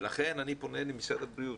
לכן אני פונה למשרד הבריאות.